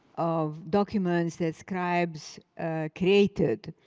um documents that scribes created.